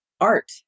art